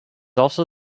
also